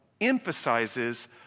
emphasizes